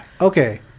Okay